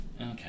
Okay